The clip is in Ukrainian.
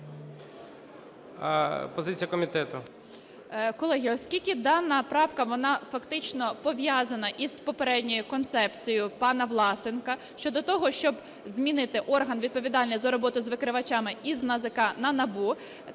Колеги, оскільки дана правка вона фактично пов'язана із попередньою концепцією пана Власенка щодо того, щоб змінити орган відповідальний за роботу з викривачами із НАЗК на НАБУ,